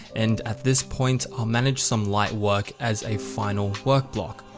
and at this point i'll manage some light work as a final work block.